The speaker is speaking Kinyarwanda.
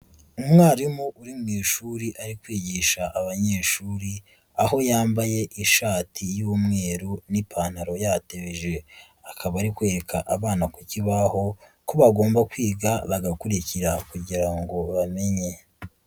Umwarimu uri mu ishuri ari kwigisha abanyeshuri, aho yambaye ishati y'umweru n'ipantaro yatebeje, akaba ari kwereka abana ku kibaho, ko bagomba kwiga bagakurikira kugira ngo bamenye.